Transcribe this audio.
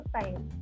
time